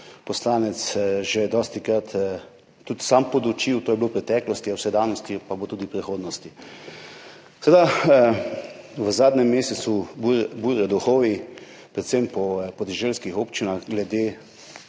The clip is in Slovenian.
poslanec že dostikrat tudi sam podučil, to je bilo v preteklosti, je v sedanjosti, pa bo tudi v prihodnosti. Seveda v zadnjem mesecu burijo duhovi, predvsem po podeželskih občinah, glede